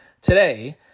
today